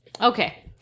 Okay